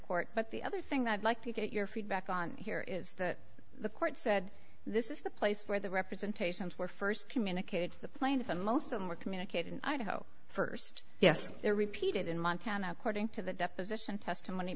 court but the other thing that i'd like to get your feedback on here is that the court said this is the place where the representations were first communicated to the plaintiff and most of them were communicated idaho first yes they repeated in montana according to the deposition testimony